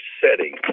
setting